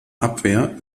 abwehr